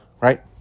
right